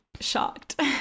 shocked